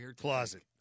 closet